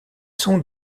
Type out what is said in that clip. sont